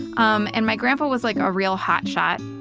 um and my grandpa was like a real hot shot.